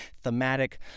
thematic